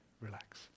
relax